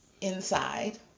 inside